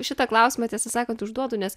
šitą klausimą tiesą sakant užduodu nes